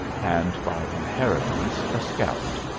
and by inheritance a scout.